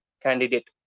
candidate